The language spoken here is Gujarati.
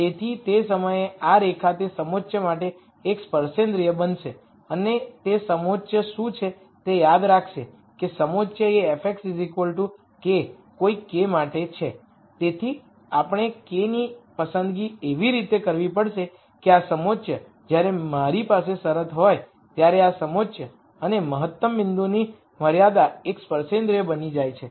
તેથી તે સમયે આ રેખા તે સમોચ્ચ માટે એક સ્પર્શેન્દ્રિય બનશે અને તે સમોચ્ચ શું છે તે યાદ રાખશે કે સમોચ્ચ એ f k કોઈક k માટે છે તેથી આપણે k ની પસંદગી એવી રીતે કરવી પડશે કે આ સમોચ્ચ જ્યારે મારી પાસે શરત હોય ત્યારે આ સમોચ્ચ અને મહત્તમ બિંદુની મર્યાદા એક સ્પર્શેન્દ્રિય બની જાય છે